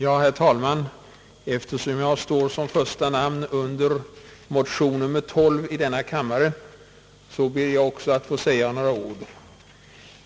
Herr talman! Eftersom jag står som första namn under motion nr 12 i denna kammare, ber jag att också få säga några ord.